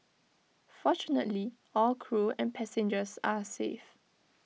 fortunately all crew and passengers are safe